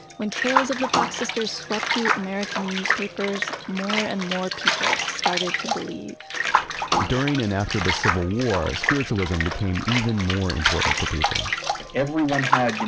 when tales of the fox sisters swept through american newspapers, more and more people started to believe during and after the civil war, spiritualism became even more important to people everyone had, you know